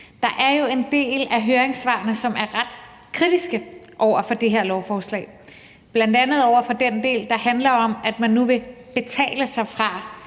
Der er jo en del af høringssvarene, som er ret kritiske over for det her lovforslag, bl.a. over for den del, der handler om, at man nu vil betale sig fra,